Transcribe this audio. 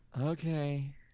Okay